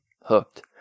hooked